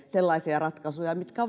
sellaisia ratkaisuja mitkä